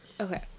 Okay